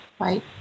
Right